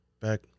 back